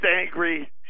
angry